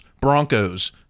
Broncos